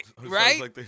Right